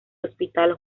hospital